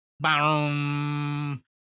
boom